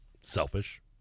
Selfish